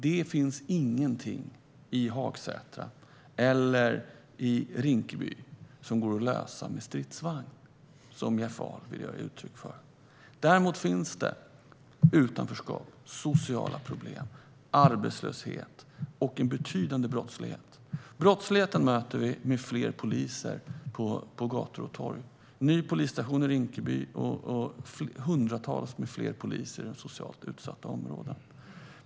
Det finns ingenting i Hagsätra eller i Rinkeby som går att lösa med stridsvagnar, som Jeff Ahl vill ge uttryck för. Däremot finns det utanförskap, sociala problem, arbetslöshet och en betydande brottslighet. Brottsligheten möter vi med fler poliser på gator och torg, en ny polisstation i Rinkeby och hundratals fler poliser i de socialt utsatta områdena.